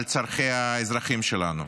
על צורכי האזרחים שלנו.